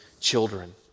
children